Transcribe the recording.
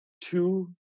two